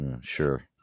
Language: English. sure